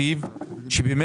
חבר הכנסת טיבי, בבקשה.